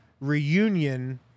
reunion